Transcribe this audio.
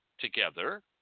together